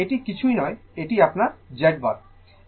সুতরাং এটি কিছুই নয় এটি আপনার Z বার